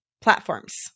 platforms